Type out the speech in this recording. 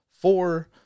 four